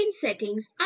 settings